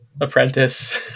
apprentice